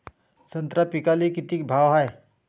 संत्रा पिकाले किती भाव हाये?